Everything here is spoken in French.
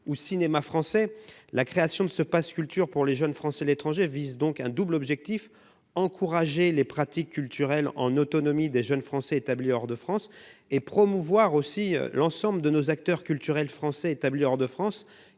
ou cinémas français. La création de ce pass Culture pour les jeunes Français de l'étranger vise donc un double objectif : encourager les pratiques culturelles en autonomie des jeunes Français établis hors de France et promouvoir les acteurs culturels français établis hors de France,